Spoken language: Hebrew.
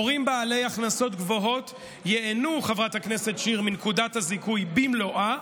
הורים בעלי הכנסות גבוהות ייהנו מנקודת הזיכוי במלואה,